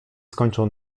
skończył